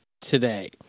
today